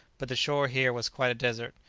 but the shore here was quite a desert.